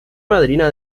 madrina